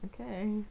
okay